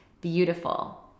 beautiful